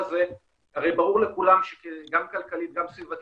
הרי ברור לכולם שזה כדאי גם כלכלית וגם סביבתית,